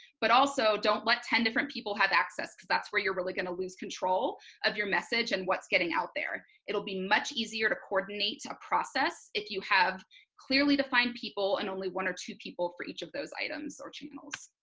but also don't let ten different people have access because that's where you're really going to lose control of your message and what's getting out there. it'll be much easier to coordinate a process if you have clearly defined people and only one or two people for each of those items or channels.